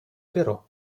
però